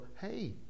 hey